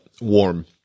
warm